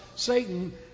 Satan